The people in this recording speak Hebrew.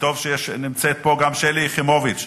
וטוב שנמצאת פה גם שלי יחימוביץ,